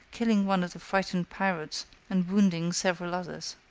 killing one of the frightened pirates and wounding several others.